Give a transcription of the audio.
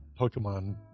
Pokemon